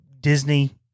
Disney